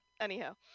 anyhow